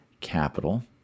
capital